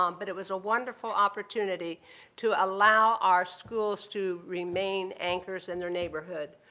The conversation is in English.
um but it was a wonderful opportunity to allow our schools to remain anchors in their neighborhood.